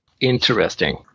Interesting